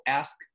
ask